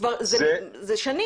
כך זה שנים.